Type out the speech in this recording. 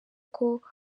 koko